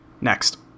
Next